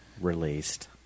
released